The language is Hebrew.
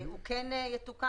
הוא כן יתוקן,